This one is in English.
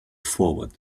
forward